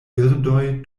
birdoj